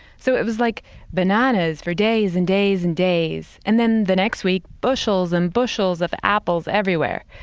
so it was like bananas for days and days and days, and then the next week, bushels and bushels of apples everywhere.